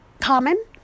common